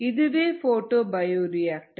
இதுவே photo bioreactor